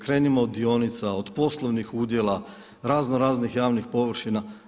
Krenimo od dionica, od poslovnih udjela, razno raznih javnih površina.